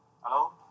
Hello